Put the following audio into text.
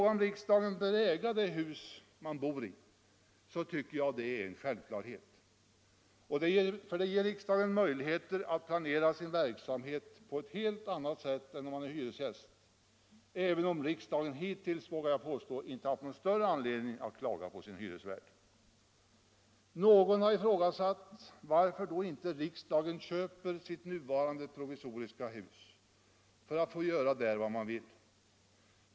Att riksdagen bör äga det hus den bor i tycker jag är en självklarhet, ty det ger riksdagen möjligheter att planera sin verksamhet på ett annat sätt än om den är hyresgäst, även om jag vågar säga att riksdagen hittills inte haft någon större anledning att klaga på sin hyresvärd. Någon har ifrågasatt varför då inte riksdagen köper sitt nuvarande provisoriska hus för att där få göra vad den vill.